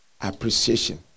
Appreciation